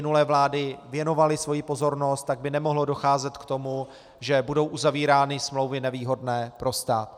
Kdyby minulé vlády věnovaly svoji pozornost, tak by nemohlo docházet k tomu, že budou uzavírány smlouvy nevýhodné pro stát.